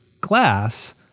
Glass